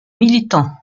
militant